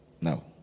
No